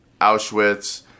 Auschwitz